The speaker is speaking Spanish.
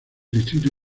distrito